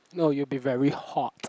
no you'll be very hot